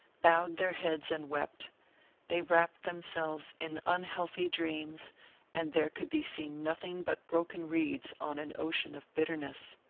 bowed their heads and wept they wrapt themselves in unhealthy dreams and there could be seen nothing but broken reeds on an ocean of bitterness.